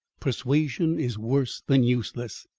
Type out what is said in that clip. persuasion is worse than useless.